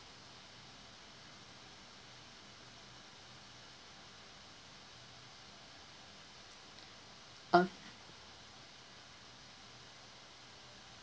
ugh